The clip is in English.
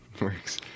works